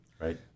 Right